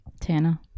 tana